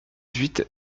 huit